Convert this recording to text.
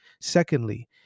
Secondly